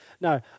No